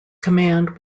command